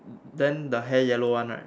then the hair yellow one right